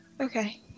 Okay